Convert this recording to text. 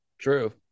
True